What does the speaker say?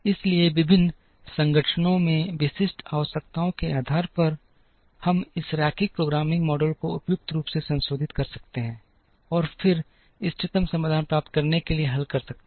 इसलिए विभिन्न संगठनों में विशिष्ट आवश्यकताओं के आधार पर हम इस रैखिक प्रोग्रामिंग मॉडल को उपयुक्त रूप से संशोधित कर सकते हैं और फिर इष्टतम समाधान प्राप्त करने के लिए हल कर सकते हैं